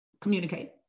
communicate